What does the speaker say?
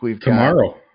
Tomorrow